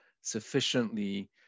sufficiently